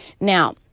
Now